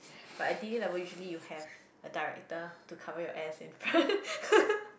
but at d_d level usually you have a director to cover your ass in front